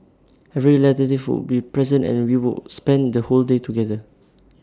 every relative would be present and we would spend the whole day together